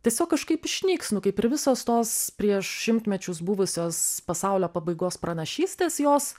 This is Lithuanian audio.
tiesiog kažkaip išnyks nu kaip ir visos tos prieš šimtmečius buvusios pasaulio pabaigos pranašystės jos